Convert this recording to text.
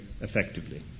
effectively